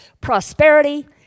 prosperity